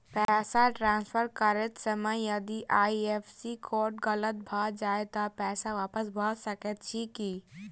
पैसा ट्रान्सफर करैत समय यदि आई.एफ.एस.सी कोड गलत भऽ जाय तऽ पैसा वापस भऽ सकैत अछि की?